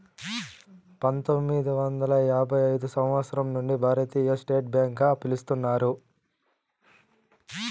పంతొమ్మిది వందల యాభై ఐదు సంవచ్చరం నుండి భారతీయ స్టేట్ బ్యాంక్ గా పిలుత్తున్నారు